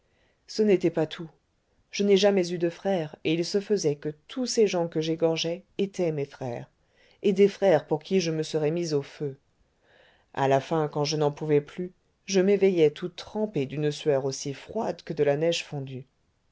ce n'était pas tout je n'ai jamais eu de frère et il se faisait que tous ces gens que j'égorgeais étaient mes frères et des frères pour qui je me serais mis au feu à la fin quand je n'en pouvais plus je m'éveillais tout trempé d'une sueur aussi froide que de la neige fondue